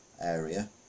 area